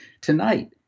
tonight